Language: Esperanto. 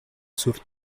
sur